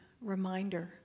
reminder